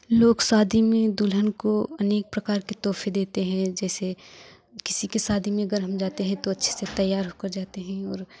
लोग शादी में दुल्हन को अनेक प्रकार के हदेते हैं जैसे किसी के शादी में अगर हम जाते हैं तो अच्छे से तैयार होकर जाते हैं और